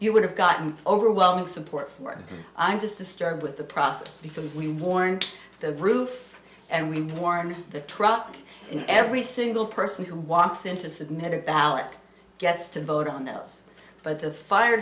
you would have gotten overwhelming support for and i'm just disturbed with the process because we warned the roof and we form the truck every single person who walks into submitted ballot gets to vote on those but the fire